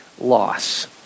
loss